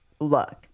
look